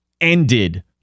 ended